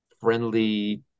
friendly